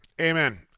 Amen